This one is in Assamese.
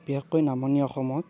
বিশেষকৈ নামনি অসমত